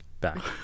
back